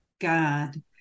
god